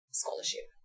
scholarship